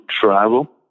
travel